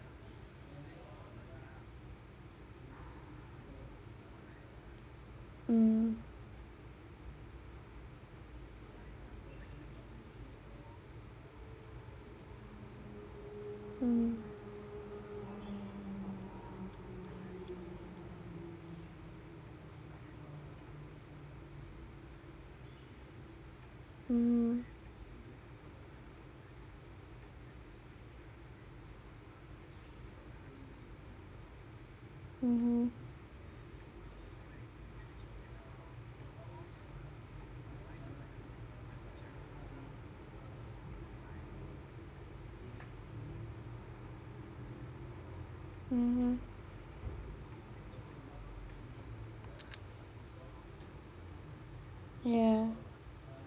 mmhmm mmhmm mmhmm mmhmm mmhmm ya